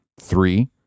three